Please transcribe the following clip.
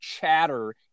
chatter